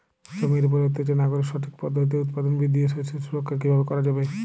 জমির উপর অত্যাচার না করে সঠিক পদ্ধতিতে উৎপাদন বৃদ্ধি ও শস্য সুরক্ষা কীভাবে করা যাবে?